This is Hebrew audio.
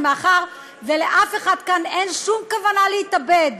ומאחר שלאף אחד כאן אין שום כוונה להתאבד,